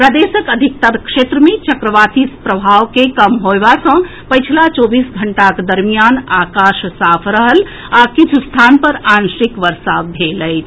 प्रदेशक अधिकतर क्षेत्र मे चक्रवाती प्रभाव के कम होएबा सॅ पछिला चौबीस घंटाक दरमियान आकाश साफ रहल आ किछु स्थान पर आंशिक वर्षा भेल अछि